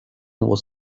was